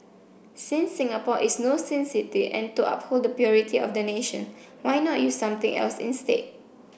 since Singapore is no sin city and to uphold the purity of the nation why not use something else instead